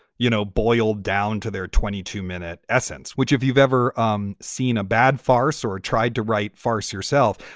you know, boiled down to their twenty two minute essence, which if you've ever um seen a bad farce or tried to write farce yourself,